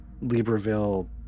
Libreville